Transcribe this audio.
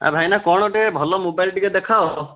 ଭାଇନା କ'ଣ ଟିକିଏ ଭଲ ମୋବାଇଲ୍ ଟିକିଏ ଦେଖାଅ